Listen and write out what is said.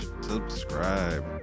subscribe